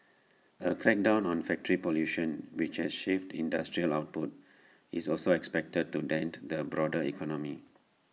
A crackdown on factory pollution which has shaved industrial output is also expected to dent the broader economy